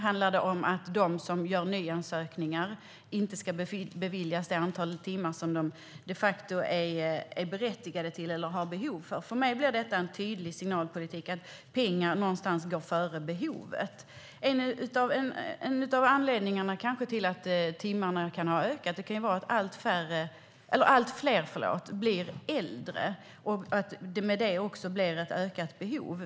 Handlar det om att de som gör nyansökningar inte ska beviljas det antal timmar som de de facto är berättigade till eller har behov av? För mig blir detta en tydlig signalpolitik om att pengar går före behovet. En av anledningarna till att timmarna kan ha ökat kan vara att allt fler blir äldre och att det i och med det också blir ett ökat behov.